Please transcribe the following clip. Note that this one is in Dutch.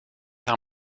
haar